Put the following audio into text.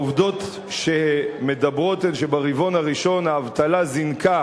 העובדות שמדברות הן שברבעון הראשון האבטלה זינקה